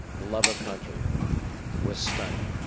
the love of country was stunning.